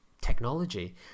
technology